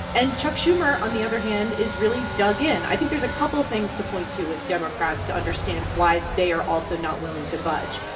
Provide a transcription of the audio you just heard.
and chuck schumer, on the other hand, is really dug in i think there's a couple of things to point to with democrats to understand why they are also not willing to budge.